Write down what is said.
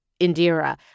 Indira